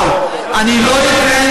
אבל לא אתן,